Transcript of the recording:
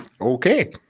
okay